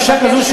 שאישה כזאת,